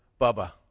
Bubba